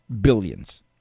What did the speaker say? billions